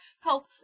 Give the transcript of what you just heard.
Help